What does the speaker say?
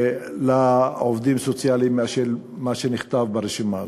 לעובדים הסוציאליים יותר מאשר מה שנכתב ברשימה הזאת: